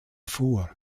vor